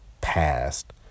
past